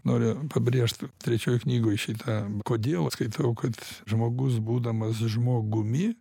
noriu pabrėžt trečioj knygoj šitą kodėl vat skaitau kad žmogus būdamas žmogumi